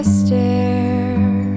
stare